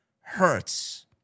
hurts